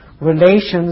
relations